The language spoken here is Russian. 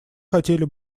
хотели